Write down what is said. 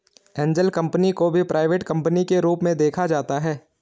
angel company को भी private company के रूप में देखा जाता है